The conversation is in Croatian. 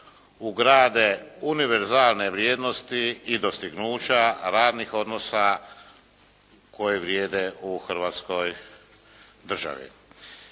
ugrade univerzalne vrijednosti i dostignuća radnih odnosa koji vrijede u Hrvatskoj državi.